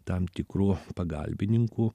tam tikru pagalbininku